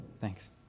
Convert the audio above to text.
thanks